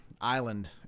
island